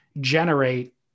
generate